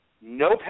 No